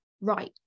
right